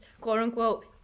quote-unquote